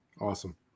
Awesome